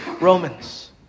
Romans